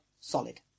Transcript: solid